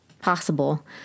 possible